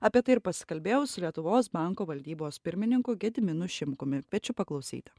apie tai ir pasikalbėjau su lietuvos banko valdybos pirmininku gediminu šimkumi kviečiu paklausyti